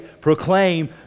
proclaim